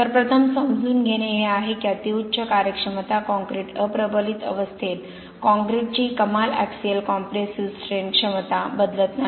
तर प्रथम समजून घेणे हे आहे की अतिउच्च कार्यक्षमता काँक्रीट अप्रबलित अवस्थेत कॉंक्रिटची कमाल ऍक्सिअल कॉम्प्रेसिव्ह स्ट्रैन क्षमता बदलत नाही